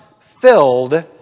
filled